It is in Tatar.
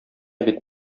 бит